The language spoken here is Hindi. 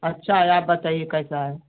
अच्छा है आप बताइए कैसा है